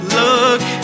look